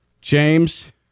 James